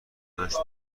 نداشته